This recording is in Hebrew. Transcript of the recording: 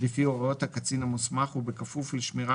לפי הוראות הקצין המוסמך ובכפוף לשמירה